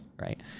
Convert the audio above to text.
right